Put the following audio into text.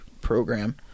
program